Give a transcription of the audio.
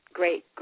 great